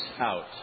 out